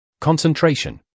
Concentration